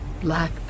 black